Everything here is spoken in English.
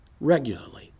regularly